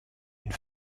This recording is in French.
une